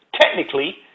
technically